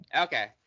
Okay